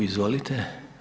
Izvolite.